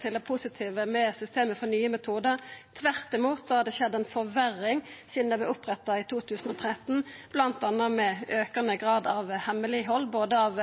det positive med systemet for nye metodar. Tvert imot har det skjedd ei forverring sidan det vart oppretta i 2013, bl.a. med aukande grad av hemmeleghald, både av